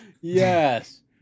yes